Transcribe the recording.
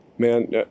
Man